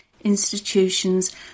Institutions